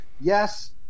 yes